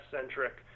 centric